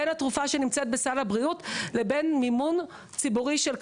בין התרופה שנמצאת בסל הבריאות לבין מימון ציבורי של קנביס,